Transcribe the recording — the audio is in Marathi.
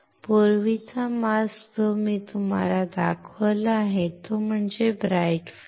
पूर्वीचा मास्क जो मी तुम्हाला दाखवला आहे तो म्हणजे ब्राइट फील्ड